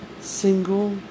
single